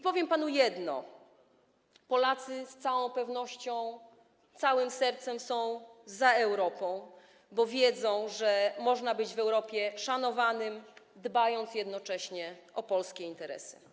Powiem panu jedno: Polacy z całą pewnością całym sercem są za Europą, bo wiedzą, że można być w Europie szanowanym, dbając jednocześnie o polskie interesy.